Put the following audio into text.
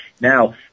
Now